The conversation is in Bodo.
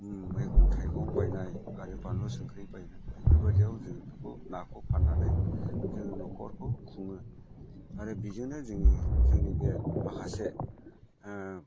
मैगं थाइगं बायनाय आरो बानलु संख्रि बायनाय बेफोरबायदियाव जोङो बेखौ नाखौ फाननानै जोङो न'खरखौ खुङो आरो बेजोंनो जोंनि जोंनि बे माखासे